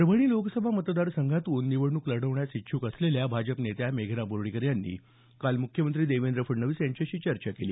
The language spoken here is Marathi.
परभणी लोकसभा मतदारसंघातून निवडणूक लढवण्यास इच्छूक असलेल्या मेघना बोर्डीकर यांनी काल मुख्यमंत्री देवेंद्र फडणवीस यांच्याशी चर्चा केली